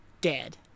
dead